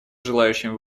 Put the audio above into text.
желающим